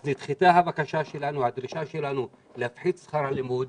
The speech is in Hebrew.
נדחתה הדרישה שלנו להפחית את שכר הלימוד.